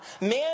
Man